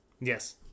Yes